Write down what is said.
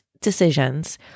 decisions